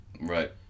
Right